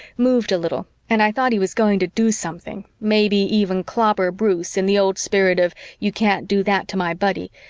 moved a little and i thought he was going to do something, maybe even clobber bruce in the old spirit of you can't do that to my buddy,